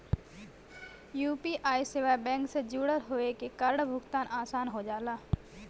UPI सेवा bank से जुड़ल होये के कारण भुगतान आसान हो जाला